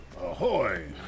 Ahoy